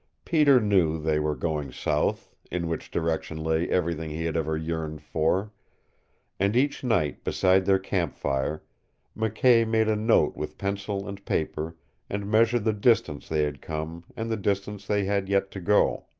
peter knew they were going south, in which direction lay everything he had ever yearned for and each night beside their campfire mckay made a note with pencil and paper and measured the distance they had come and the distance they had yet to go.